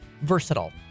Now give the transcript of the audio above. versatile